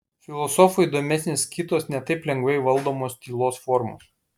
filosofui įdomesnės kitos ne taip lengvai valdomos tylos formos